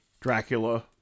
Dracula